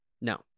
No